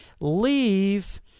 Leave